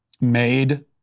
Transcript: made